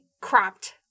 cropped